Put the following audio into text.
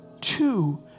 two